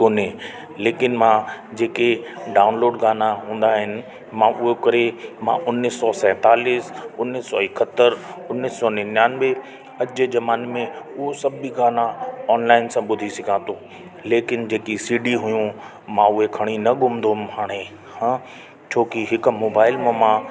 कोन्हे लेकिन मां जेके डाउनलोड गाना हूंदा आहिनि मां उहे ब करे उन्नीस सौ सैंतालीस उन्नीस सौ इकतरि उन्नीस सौ निनयानवे अॼु जे ज़माने में उहो सभु बि गाना ऑनलाइन सभु ॿुधी सघां थो लेकिन जेकी सीडी हूंदी हुइयूं मां उहे खणी न घुमंदो अम हाणे मां छोकी हिक मोबाइल मां